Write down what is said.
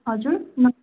हजुर